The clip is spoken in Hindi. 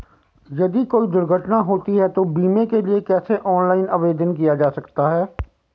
यदि कोई दुर्घटना होती है तो बीमे के लिए कैसे ऑनलाइन आवेदन किया जा सकता है?